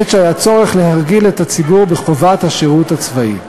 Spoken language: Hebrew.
בעת שהיה צורך להרגיל את הציבור בחובת השירות הצבאי.